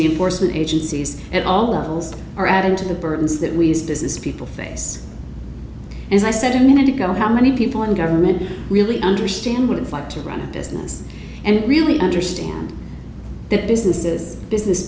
porson agencies at all levels are adding to the burdens that we as business people face as i said a minute ago how many people in government really understand what it's like to run a business and really understand that businesses business